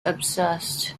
obsessed